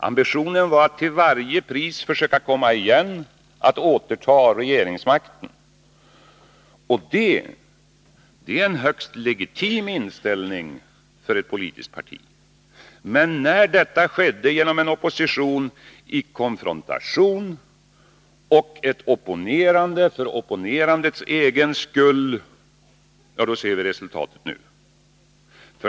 Ambitionen var att till varje pris försöka ”komma igen” — att återta regeringsmakten. Det är en högst legitim inställning för ett politiskt parti. Men det skedde genom en opposition i konfrontation och ett opponerande för opponerandets skull, och vi ser resultatet nu.